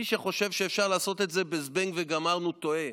מי שחושב שאפשר לעשות את זה בזבנג וגמרנו טועה.